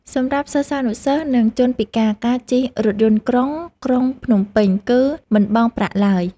សម្រាប់សិស្សានុសិស្ស និងជនពិការ ការជិះរថយន្តក្រុងក្រុងភ្នំពេញគឺមិនបង់ប្រាក់ឡើយ។